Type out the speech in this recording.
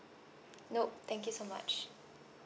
nope thank you so much